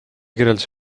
kirjeldas